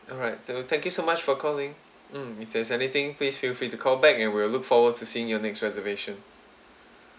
alright so thank you so much for calling mm if there's anything please feel free to call back and we'll look forward to seeing your next reservation